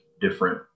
different